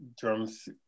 drums